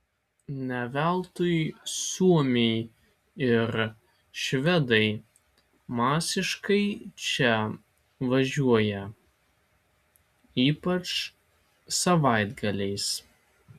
ne veltui suomiai ir švedai masiškai čia važiuoja ypač savaitgaliais